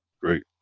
Great